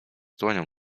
dłonią